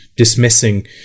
dismissing